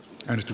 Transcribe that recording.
risto